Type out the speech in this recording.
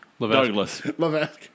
Douglas